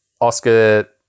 Oscar